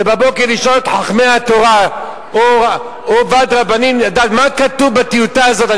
ובבוקר לשאול את חכמי התורה או ועד רבנים לדעת מה כתוב בטיוטה הזאת,